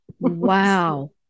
Wow